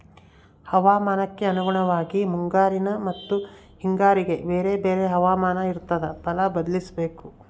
ಹವಾಮಾನಕ್ಕೆ ಅನುಗುಣವಾಗಿ ಮುಂಗಾರಿನ ಮತ್ತಿ ಹಿಂಗಾರಿಗೆ ಬೇರೆ ಬೇರೆ ಹವಾಮಾನ ಇರ್ತಾದ ಫಲ ಬದ್ಲಿಸಬೇಕು